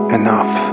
enough